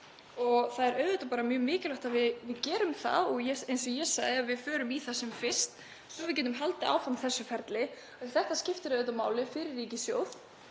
Það er auðvitað mjög mikilvægt að við gerum það og, eins og ég sagði, að við förum í það sem fyrst svo við getum haldið áfram þessu ferli. Þetta skiptir máli fyrir ríkissjóð